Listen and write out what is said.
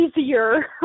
easier